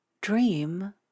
dream